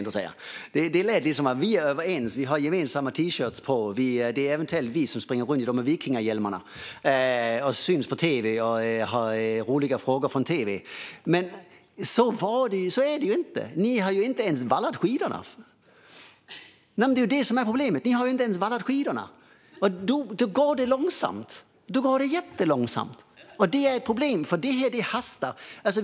Det lät som "vi är överens; vi har gemensamma Tshirtar på oss, och det är eventuellt vi som springer runt med vikingahjälmar och syns på tv och svarar på roliga frågor". Men så är det ju inte. Ni har ju inte ens vallat skidorna! Det är det som är problemet. Då går det jättelångsamt. Och det är ett problem, för detta brådskar.